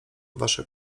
wasze